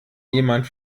jemand